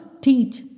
teach